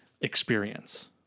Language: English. experience